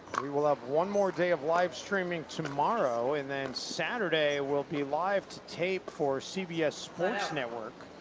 we will have one more day of livestreaming tomorrow and then saturday will be live to tape for cbs sports network.